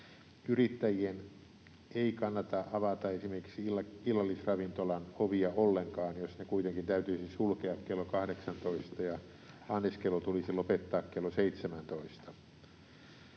Yrittäjien ei kannata avata esimerkiksi illallisravintolan ovia ollenkaan, jos ne kuitenkin täytyisi sulkea kello 18 ja anniskelu tulisi lopettaa kello 17.